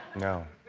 no.